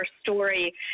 story